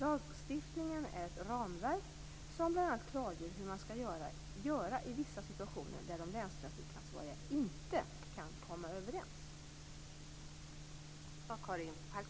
Lagstiftningen är ett ramverk som bl.a. klargör hur man skall göra i vissa situationer där de länstrafikansvariga inte kan komma överens.